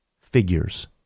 figures